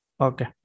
Okay